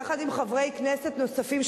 יחד עם חברי כנסת נוספים,